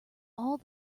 all